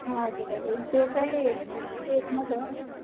हजुर हजुर त्यो चाहि ऊ यस मात्रै हो